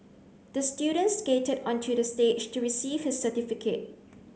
the student skated onto the stage to receive his certificate